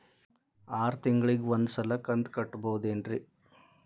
ಆರ ತಿಂಗಳಿಗ ಒಂದ್ ಸಲ ಕಂತ ಕಟ್ಟಬಹುದೇನ್ರಿ?